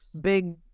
big